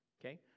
okay